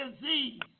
disease